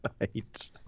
Right